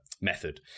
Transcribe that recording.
method